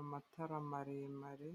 amatara maremare.